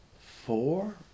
four